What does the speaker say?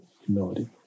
humility